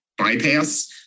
Bypass